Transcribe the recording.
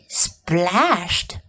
splashed